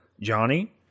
Johnny